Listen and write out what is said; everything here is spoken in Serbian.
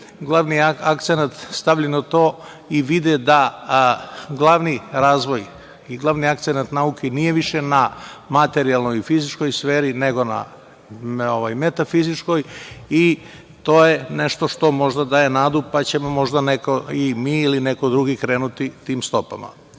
glavni akcenat stavljaju na to i vide da glavni razvoj i glavni akcenat nauke nije više na materijalnoj i fizičkoj sferi, nego na metafizičkoj i to je nešto što možda daje nadu, pa ćemo možda neko, mi, ili neko drugi, krenuti tim stopama. Ako